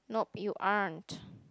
nope you aren't